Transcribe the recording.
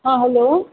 हँ हेलो